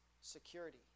security